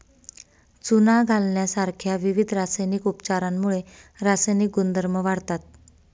चुना घालण्यासारख्या विविध रासायनिक उपचारांमुळे रासायनिक गुणधर्म वाढतात